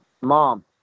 mom